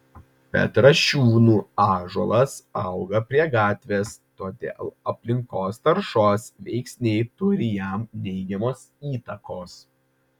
petrašiūnų ąžuolas auga prie gatvės todėl aplinkos taršos veiksniai turi jam neigiamos įtakos